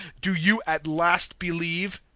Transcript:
do you at last believe?